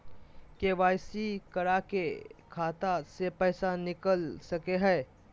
KYC करा के खाता से पैसा निकल सके हय?